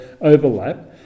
overlap